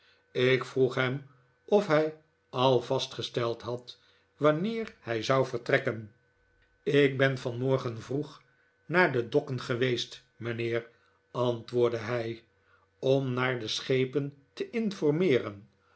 ik vroeg hem of hij al vastgesteld had wanneer hij zou vertrekken ik ben vanmorgen vroeg naar de dokken geweest mijnheer antwoordde hij om naar de schepen te informeeren